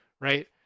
right